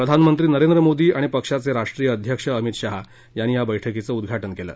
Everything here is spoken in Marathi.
प्रधानमंत्री नरेंद्र मोदी आणि पक्षांचे राष्ट्रीय अध्यक्ष अमित शहा यांनी या बैठकीचं उद्घाटन केलं